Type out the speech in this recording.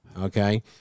Okay